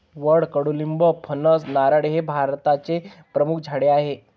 वड, कडुलिंब, फणस, नारळ हे भारताचे प्रमुख झाडे आहे